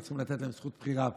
לא צריכים לתת להם זכות בחירה פה,